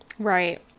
Right